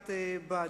יריעת בד.